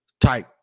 type